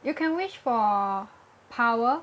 you can wish for power